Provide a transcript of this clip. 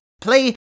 play